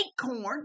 acorn